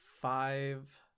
five